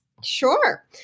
Sure